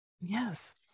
Yes